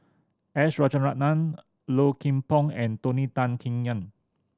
S Rajaratnam Low Kim Pong and Tony Tan Keng Yam